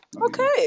okay